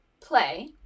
play